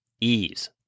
ease